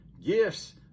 gifts